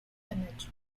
image